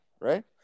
right